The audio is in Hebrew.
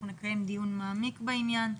אנחנו נקיים דיון מעמיק בעניין.